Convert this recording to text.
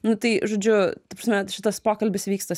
nu tai žodžiu ta prasme šitas pokalbis vyksta